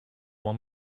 want